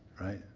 right